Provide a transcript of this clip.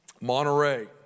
Monterey